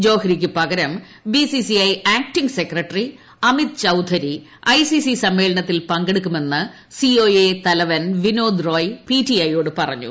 ജോഹ്രിക്ക് പകരം BCCI acting secretary Amit Chaudhary ICC സമ്മേളനത്തിൽ പങ്കെടുക്കുമെന്ന് സിഒഎ തലവൻ വിനോദ് റോയ് പിടിഐയോട് പറഞ്ഞു